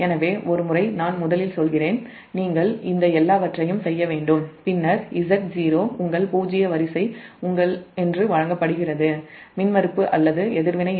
எனவே ஒருமுறை நான் முதலில் சொல்கிறேன் நீங்கள் இந்த எல்லாவற்றையும் செய்ய வேண்டும் பின்னர் Z0 உங்கள் பூஜ்ஜிய வரிசை என்று வழங்கப்படுகிறது மின்மறுப்பு அல்லது எதிர்வினை என்பது j 0